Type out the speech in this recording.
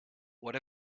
what